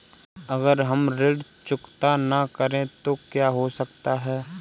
अगर हम ऋण चुकता न करें तो क्या हो सकता है?